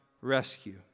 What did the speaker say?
rescue